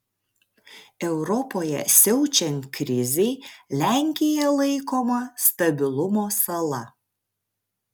europoje siaučiant krizei lenkija laikoma stabilumo sala